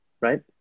right